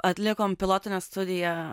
atlikom pilotinę studiją